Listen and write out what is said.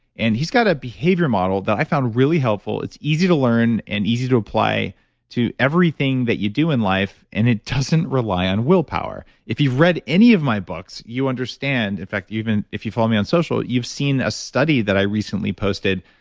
and he's got a behavior model that i found really helpful. it's easy to learn and easy to apply to everything that you do in life and it doesn't rely on willpower. if you've read any of my books, you understand. in fact, even if you follow me on social, you've seen a study that i recently posted.